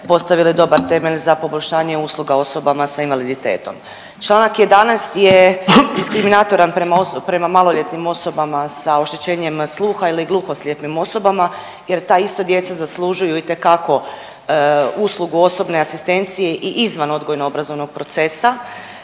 postavili dobar temelj za poboljšanje usluga osobama sa invaliditetom. Čl. 11. je diskriminatoran prema oso…, prema maloljetnim osobama sa oštećenjem sluha ili gluhoslijepim osobama jer ta ista djeca zaslužuju itekako uslugu osobne asistencije i izvan odgojno-obrazovnog procesa